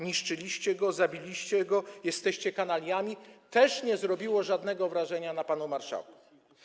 Niszczyliście go, zabiliście go, jesteście kanaliami.” też nie zrobiło żadnego wrażenia na panu marszałku.